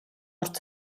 орж